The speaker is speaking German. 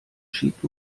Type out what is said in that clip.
schiebt